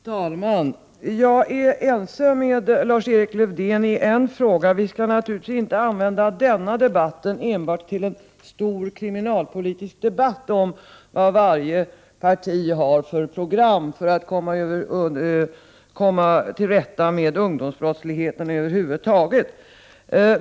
Herr talman! Jag är ense med Lars-Erik Lövdén i en fråga. Vi skall naturligtvis inte använda denna debatt enbart till en stor kriminalpolitisk debatt om vad varje parti har för program för att komma till rätta med ungdomsbrottsligheten över huvud taget.